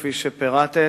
כפי שפירטת.